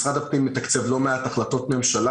משרד הפנים מתקצב לא מעט החלטות ממשלה